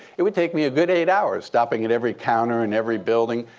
it would take me a good eight hours stopping at every counter in every building.